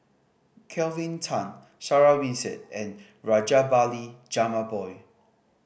Kelvin Tan Sarah Winstedt and Rajabali Jumabhoy